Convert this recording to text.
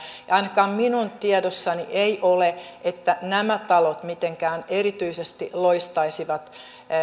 ainakaan minun tiedossani ei ole että nämä talot mitenkään erityisesti loistaisivat